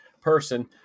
person